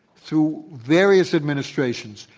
through various administrations,